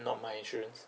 not my insurance